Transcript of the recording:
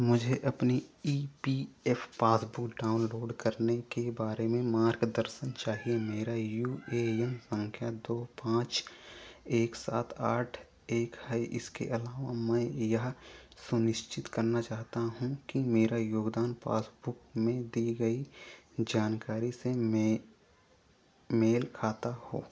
मुझे अपनी E P F passbook download करने के बारे में मार्गदर्शन चाहिए मेरा यू ए एन संख्या दो पाँच एक सात आठ एक है इसके अलावा मैं यह सुनिश्चित करना चाहता हूँ की मेरा योगदान पासबुक में दी गई जानकारी से मेल खाता हो